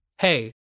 hey